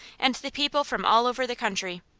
and the people from all over the country.